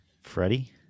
Freddie